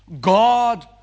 God